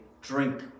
drink